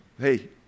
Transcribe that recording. hey